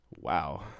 Wow